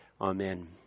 Amen